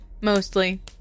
mostly